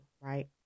right